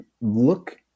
look